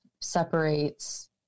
separates